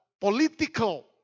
political